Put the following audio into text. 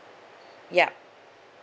yup